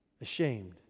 ashamed